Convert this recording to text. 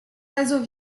oiseau